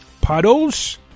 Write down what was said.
Puddles